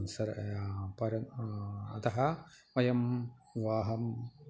sir परन् अतः वयं विवाहः